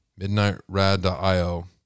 midnightrad.io